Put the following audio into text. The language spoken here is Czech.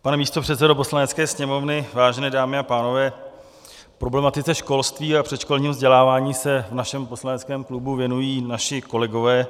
Pane místopředsedo Poslanecké sněmovny, vážené dámy a pánové, k problematice školství a předškolního vzdělávání se v našem poslaneckém klubu věnují naši kolegové.